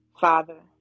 Father